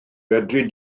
fedri